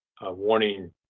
warning